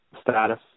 status